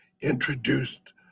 introduced